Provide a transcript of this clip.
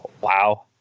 Wow